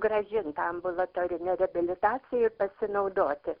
sugrąžint tą ambulatorinę reabilitaciją ir pasinaudoti